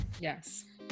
Yes